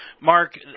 Mark